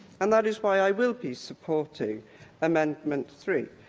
and that is why i will be supporting amendment three.